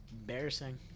embarrassing